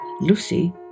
Lucy